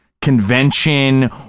convention